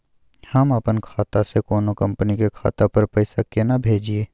हम अपन खाता से कोनो कंपनी के खाता पर पैसा केना भेजिए?